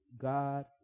God